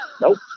nope